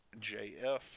jf